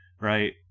right